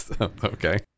Okay